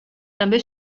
també